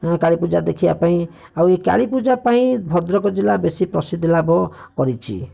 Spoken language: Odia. କାଳୀପୂଜା ଦେଖିବା ପାଇଁ ଆଉ ଏ କାଳୀପୂଜା ପାଇଁ ଭଦ୍ରକ ଜିଲ୍ଲା ବେଶି ପ୍ରସିଦ୍ଧ ଲାଭ କରିଛି